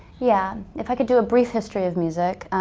yeah, if i could do a brief history of music.